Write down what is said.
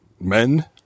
Men